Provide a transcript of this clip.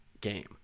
game